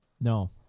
no